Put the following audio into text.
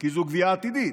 כי זו גבייה עתידית.